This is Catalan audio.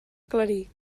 aclarir